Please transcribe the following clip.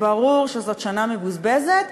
ברור שזאת שנה מבוזבזת,